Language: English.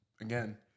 again